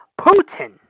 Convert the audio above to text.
Putin